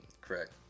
Correct